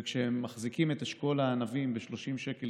וכשהם מחזיקים את אשכול הענבים ב-30 שקל